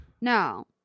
No